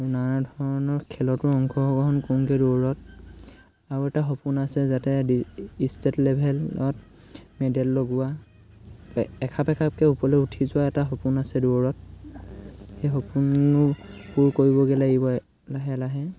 নানা ধৰণৰ খেলতো অংশগ্ৰহণ কৰোঁগৈ দৌৰত আৰু এটা সপোন আছে যাতে ষ্টেট লেভেলত মেডেল লগোৱা এখাপ এখাপকৈ ওপৰলৈ উঠি যোৱা এটা সপোন আছে দৌৰত সেই সপোনো পূৰ কৰিবগৈ লাগিব লাহে লাহে